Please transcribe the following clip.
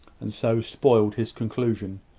and so spoiled his conclusion.